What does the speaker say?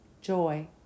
joy